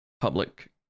public